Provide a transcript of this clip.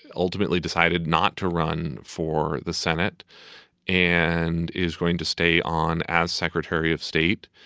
and ultimately decided not to run for the senate and is going to stay on as secretary of state.